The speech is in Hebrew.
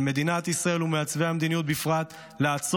על מדינת ישראל בכלל ועל מעצבי המדיניות בפרט לעצור,